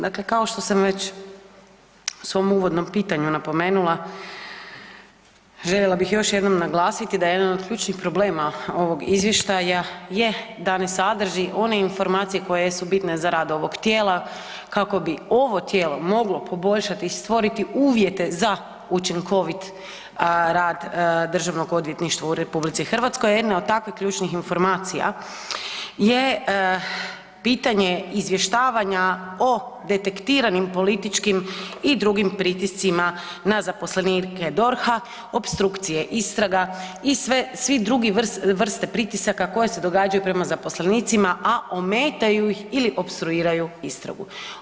Dakle kao što sam već u svom uvodnom pitanju napomenula željela bih još jednom naglasiti da jedan od ključnih problema ovog izvještaja je da ne sadrži one informacije koje su bitne za rad ovog tijela kako bi ovo tijelo moglo poboljšati i stvoriti uvjete za učinkovit rad DORH-a, a jedna od takvih ključnih informacija je pitanje izvještavanja o detektiranim političkim i drugim pritiscima na zaposlenika DORH-a, opstrukcije istraga i sve druge vrste pritisaka koje se događaju prema zaposlenicima, a ometaju ih ili opstruiraju istragu.